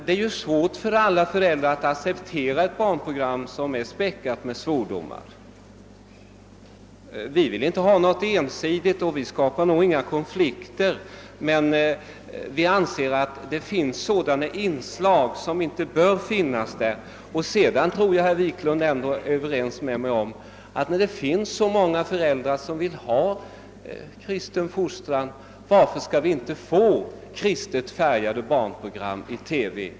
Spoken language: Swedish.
Det är svårt för alla föräldrar att acceptera ett program som är späckat med svordomar. Vi vill inte ha ensidiga program, och vi vill inte skapa konflikter. Men vi anser att det finns inslag i TV som inte bör finnas där. Vidare tror jag att herr Wiklund i Härnösand kan vara överens med mig om att alla de föräldrar som vill att barnen skall få en kristen uppfostran har rätt att kräva kristet färgade program i TV.